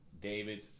David